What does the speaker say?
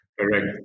Correct